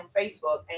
Facebook